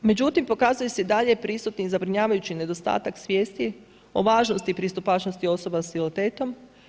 Međutim, pokazuje se i dalje prisutnim zabrinjavajući nedostatak svijesti o važnosti pristupačnosti osoba s invaliditetom.